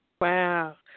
Wow